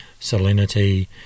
salinity